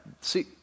See